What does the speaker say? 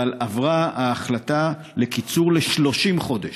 אבל עברה ההחלטה לקצר ל-30 חודש.